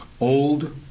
old